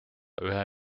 ühe